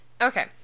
okay